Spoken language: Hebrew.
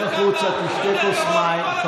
אל תכריח, התחננת אליו להיות בממשלה.